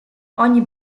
ogni